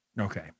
Okay